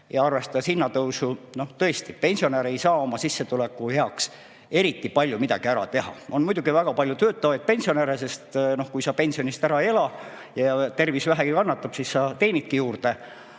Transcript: suuremate summadega. Tõesti, pensionär ei saa oma sissetuleku heaks eriti palju ära teha. On muidugi väga palju töötavaid pensionäre, sest kui sa pensionist ära ei ela ja tervis vähegi kannatab, siis sa teenidki juurde,